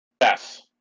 Yes